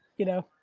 you know?